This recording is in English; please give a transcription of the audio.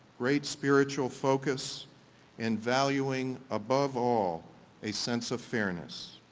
great spiritual focus and valuing above all a sense of fairness.